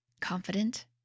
confident